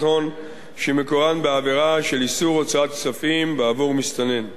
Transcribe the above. הון שמקורן בעבירה של איסור הוצאת כספים בעבור מסתנן.